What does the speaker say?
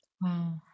Wow